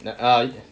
like I